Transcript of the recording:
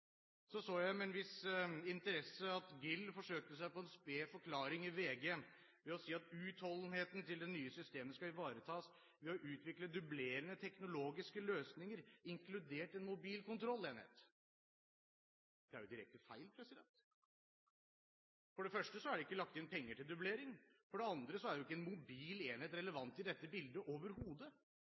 så med en viss interesse at GIL forsøkte seg på en sped forklaring i VG ved å si at utholdenheten til det nye systemet skal ivaretas ved å utvikle dublerende teknologiske løsninger, inkludert en mobil kontrollenhet. Det er jo direkte feil. For det første er det ikke lagt inn penger til dublering, for det andre er jo ikke en mobil enhet relevant i dette bildet overhodet.